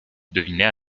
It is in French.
deviner